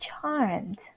charmed